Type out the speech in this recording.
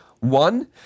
One